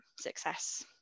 success